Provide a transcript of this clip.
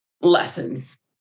lessons